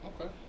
okay